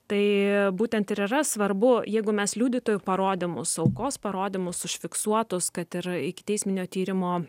tai būtent ir yra svarbu jeigu mes liudytojų parodymus aukos parodymus užfiksuotus kad ir ikiteisminio tyrimo